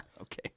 okay